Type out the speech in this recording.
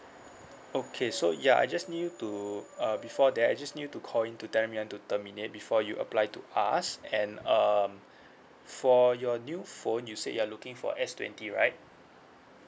okay so ya I just need you to uh before that I just need you to call in to them you want to terminate before you apply to us and um for your new phone you say you are looking for S twenty right